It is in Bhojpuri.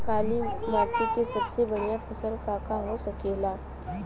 काली माटी में सबसे बढ़िया फसल का का हो सकेला?